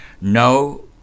No